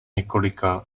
několika